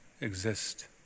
exist